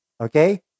okay